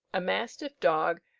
a mastiff-dog,